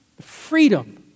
freedom